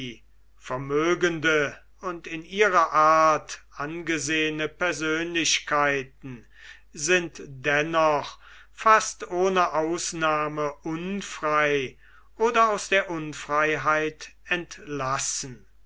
vermögende und in ihrer art angesehene persönlichkeiten sind dennoch fast ohne ausnahme unfrei oder aus der unfreiheit entlassen